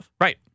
right